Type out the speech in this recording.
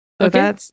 Okay